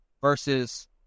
versus